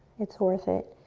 it's worth it,